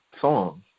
song